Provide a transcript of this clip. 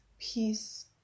peace